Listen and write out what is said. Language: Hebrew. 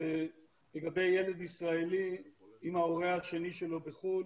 לגבי ילד ישראלי, אם ההורה השני שלו בחו"ל,